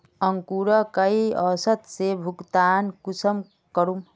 अंकूर कई औसत से भुगतान कुंसम करूम?